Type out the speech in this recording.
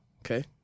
Okay